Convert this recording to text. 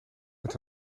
met